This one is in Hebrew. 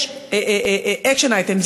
יש אקשן-אייטמז,